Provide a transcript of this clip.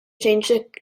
changed